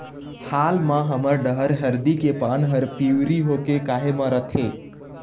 हाल मा हमर डहर हरदी के पान हर पिवरी होके काहे मरथे?